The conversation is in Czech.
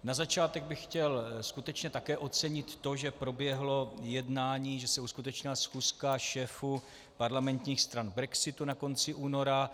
Na začátek bych chtěl také skutečně ocenit to, že proběhlo jednání, že se uskutečnila schůzka šéfů parlamentních stran k brexitu na konci února.